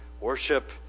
worship